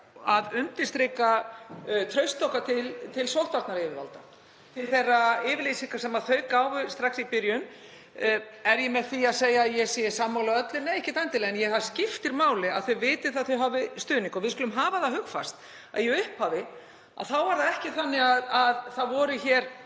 að undirstrika traust okkar til sóttvarnayfirvalda og þeirra yfirlýsinga sem þau gáfu strax í byrjun. Er ég með því að segja að ég sé sammála öllu? Nei, ekkert endilega, en það skiptir máli að þau viti að þau hafi stuðning. Við skulum hafa það hugfast að í upphafi voru það ekki hinir